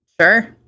Sure